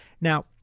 Now